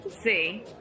See